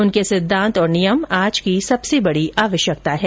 उनके सिद्धांत और नियम आज की सबसे बडी आवश्यकता है